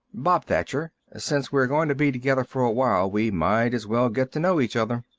bob thacher. since we're going to be together for a while we might as well get to know each other.